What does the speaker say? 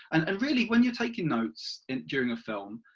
and and really, when you are taking notes and during a film,